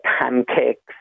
pancakes